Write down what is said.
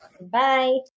Bye